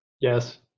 Yes